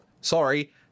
Sorry